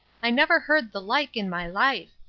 i never heard the like in my life.